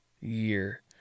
year